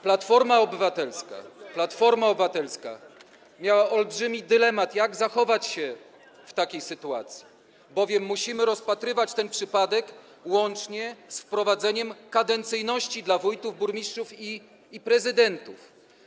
Platforma Obywatelska miała olbrzymi dylemat, jak zachować się w takiej sytuacji, bowiem musimy rozpatrywać ten przypadek łącznie z wprowadzeniem kadencyjności dla wójtów, burmistrzów i prezydentów.